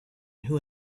who